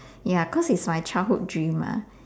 ya cause it's my childhood dream